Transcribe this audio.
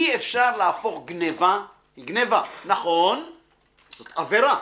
אי אפשר להפוך גניבה, נכון, גניבה,